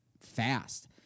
fast